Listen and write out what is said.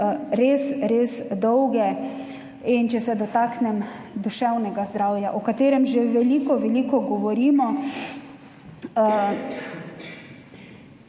res res dolge. In če se dotaknem duševnega zdravja, o katerem že veliko veliko govorimo.